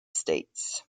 states